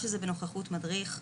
וכמובן, זה בנוכחות מדריך.